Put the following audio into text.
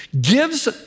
gives